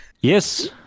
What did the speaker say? Yes